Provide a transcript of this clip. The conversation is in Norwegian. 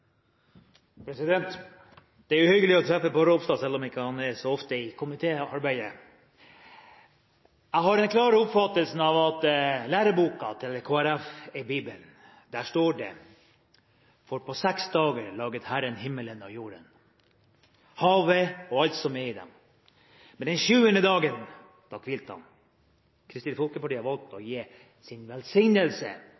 i komitéarbeidet! Jeg har den klare oppfatningen at læreboka til Kristelig Folkeparti er Bibelen. Der står det: «For på seks dager laget Herren himmelen og jorden, havet og alt som er i dem; men den sjuende dagen hvilte han.» Kristelig Folkeparti har valgt å